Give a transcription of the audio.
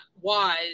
wise